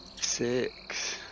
Six